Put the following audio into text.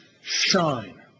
shine